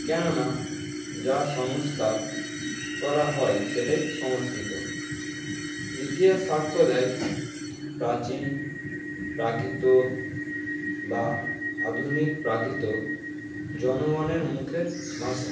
কেননা যার সংস্কার করা হয় সেটাই সংস্কৃত ইতিহাস সাক্ষ্য দেয় প্রাচীন প্রাকৃত বা আধুনিক প্রাকৃত জনগণের মুখের ভাষা